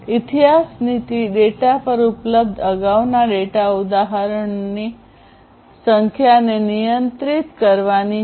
ઇતિહાસ નીતિ ડેટા પર ઉપલબ્ધ અગાઉના ડેટા ઉદાહરણોની સંખ્યાને નિયંત્રિત કરવાની છે